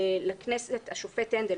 לכנסת ה-23 השופט הנדל.